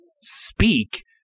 speak